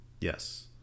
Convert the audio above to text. Yes